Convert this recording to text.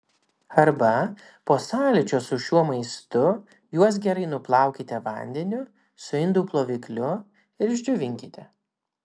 arba po sąlyčio su šiuo maistu juos gerai nuplaukite vandeniu su indų plovikliu ir išdžiovinkite